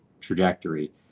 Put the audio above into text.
trajectory